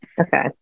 okay